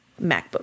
MacBook